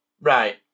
Right